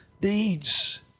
deeds